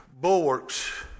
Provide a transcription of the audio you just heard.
bulwarks